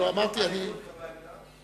הליכוד קבע עמדה?